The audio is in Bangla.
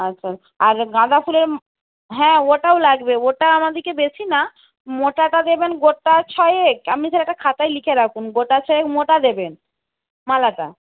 আচ্ছা আর গাঁদা ফুলের হ্যাঁ ওটাও লাগবে ওটা আমাদিকে বেশি না মোটাটা দেবেন গোটা ছয়েক আপনি সেটা একটা খাতায় লিখে রাখুন গোটা ছয়েক মোটা দেবেন মালাটা